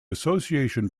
association